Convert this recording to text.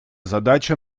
задача